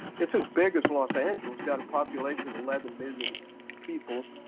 it's as big as los angeles, got a population of eleven million people.